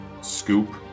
scoop